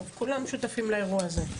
כולם שותפים לאירוע הזה.